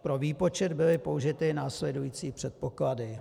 Pro výpočet byly použity následující předpoklady.